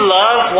love